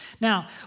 Now